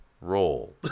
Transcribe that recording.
roll